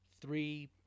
three